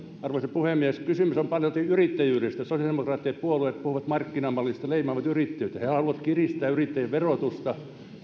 arvoisa puhemies kysymys on paljolti yrittäjyydestä sosiaalidemokraattinen puolue puhuu markkinamallista ja he leimaavat yrittäjyyttä he haluavat kiristää yrittäjien verotusta